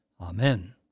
Amen